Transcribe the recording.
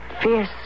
fierce